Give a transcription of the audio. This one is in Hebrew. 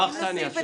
מה האכסניה של זה?